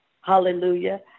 Hallelujah